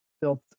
built